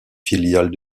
filiale